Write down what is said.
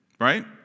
Right